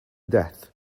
death